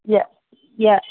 ಯಾ ಯಾ